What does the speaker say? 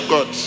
God